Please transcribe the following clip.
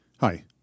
Hi